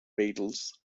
vehicles